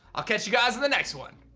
i'll catch you guys on the next one.